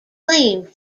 claimed